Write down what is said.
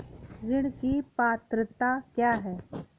ऋण की पात्रता क्या है?